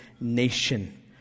nation